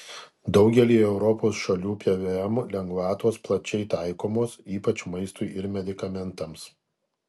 daugelyje europos šalių pvm lengvatos plačiai taikomos ypač maistui ir medikamentams